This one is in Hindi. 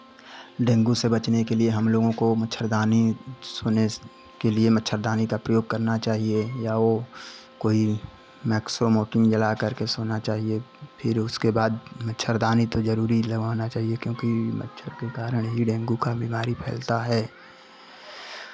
डेंगू से बचने के लिए हमलोगों को मच्छरदानी सोने के लिए मच्छरदानी का प्रयोग करना चाहिए या वो कोई मैक्स या मोर्टीन लगाके सोना चाहिए फिर उसके बाद मच्छरदानी तो जरूरी लगवाना चाहिए क्योंकि मच्छर के कारण ही डेंगू का बीमारी फैलता है